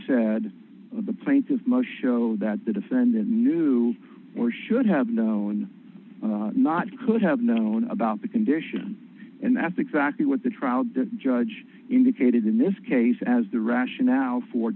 said the plaintiffs most show that the defendant knew or should have known not could have known about the condition and that's exactly what the trial judge indicated in this case as the rationale for